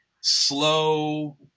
slow